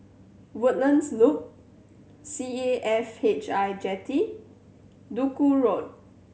Woodlands Loop C A F H I Jetty Duku Road